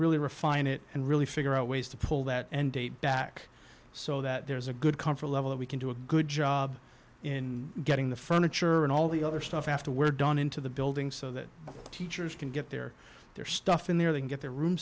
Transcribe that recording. really refine it and really figure out ways to pull that end date back so that there's a good comfort level that we can do a good job in getting the furniture and all the other stuff after we're done into the building so that teachers can get there their stuff in there they can get their room